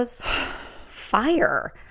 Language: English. fire